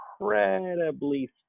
incredibly